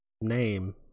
name